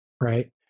Right